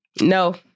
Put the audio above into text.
No